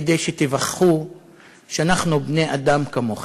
כדי שתיווכחו שאנחנו בני-אדם כמוכם.